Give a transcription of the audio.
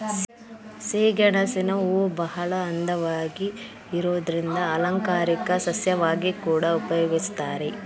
ಸಿಹಿಗೆಣಸಿನ ಹೂವುಬಹಳ ಅಂದವಾಗಿ ಇರೋದ್ರಿಂದ ಅಲಂಕಾರಿಕ ಸಸ್ಯವಾಗಿ ಕೂಡಾ ಉಪಯೋಗಿಸ್ತಾರೆ